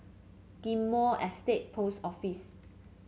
Ghim Moh Estate Post Office